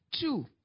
two